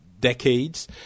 decades